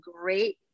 great